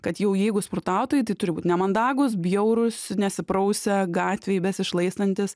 kad jau jeigu smurtautojai turi būt nemandagūs bjaurūs nesiprausę gatvėj besišlaistantys